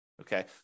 Okay